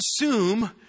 assume